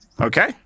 Okay